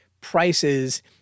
prices